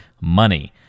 money